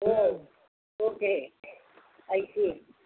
yes okay I see